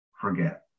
forget